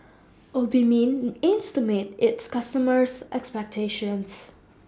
Obimin aims to meet its customers' expectations